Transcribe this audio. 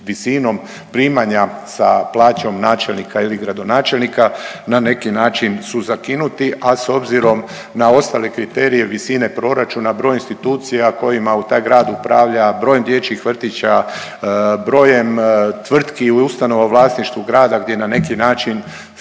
visinom primanja sa plaćom načelnika ili gradonačelnika na neki način su zakinuti. A s obzirom na ostale kriterije visine proračuna broj institucija kojima u taj grad upravlja, brojem dječjih vrtića, brojem tvrtki i ustanova u vlasništvu grada gdje na neki način